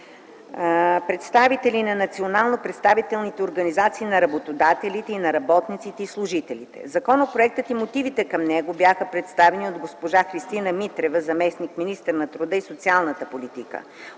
представители на национално представителните организации на работодателите и на работниците и на служителите. Законопроектът и мотивите към него бяха представени от госпожа Христина Митрева – заместник-министър на труда и социалната политика.